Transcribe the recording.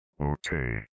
Okay